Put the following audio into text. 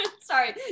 sorry